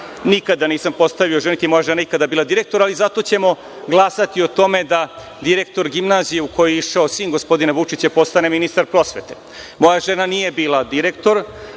Nikada nisam postavio ženu, niti je moja žene ikada bila direktor, ali zato ćemo glasati o tome da direktor gimnazije u koju je išao sin gospodina Vučića postane ministar prosvete. Moja žena nije bila direktor,